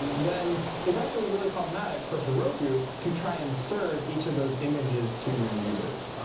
then it's actually really problematic for heroku to try and serve each of those images to your users,